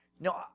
No